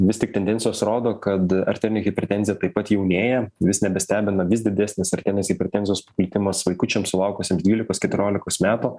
vis tik tendencijos rodo kad arterinė hipertenzija taip pat jaunėja vis nebestebina vis didesnis arterinės hipertenzijos paplitimas vaikučiams sulaukusiems dvylikos keturiolikos metų